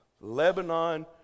Lebanon